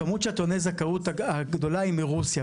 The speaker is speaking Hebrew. הכמות הגדולה של טועני הזכאות היא מרוסיה,